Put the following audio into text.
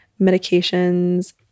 medications